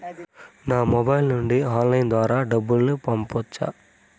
నా మొబైల్ నుండి ఆన్లైన్ ద్వారా డబ్బును పంపొచ్చా